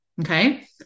Okay